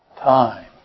Time